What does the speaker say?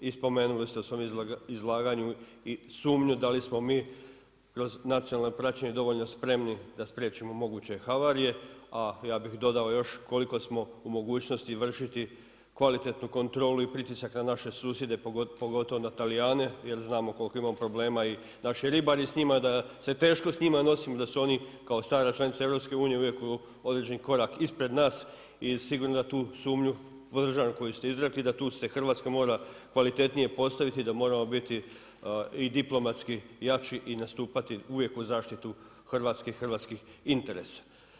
I spomenuli ste u svom izlaganju i sumnju da li smo mi kroz nacionalno praćenje dovoljno spremni, da spriječimo moguće havarije, a ja bi dodao još koliko smo u mogućnosti vršiti kvalitetnu kontrolu i pritisak na naše susjede, pogotovo na Talijane, jer znamo koliko imamo problema i naši ribari s njima da se teško s njima nosim da su oni kao stara članica EU uvijek određeni korak ispred nas i sigurno da tu sumnju podržavam koju ste izrekli, da tu se Hrvatska mora kvalitetnije postaviti i da moramo biti i diplomatski jači i nastupati uvijek uz zaštitu Hrvatske i hrvatskih interesa.